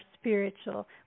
spiritual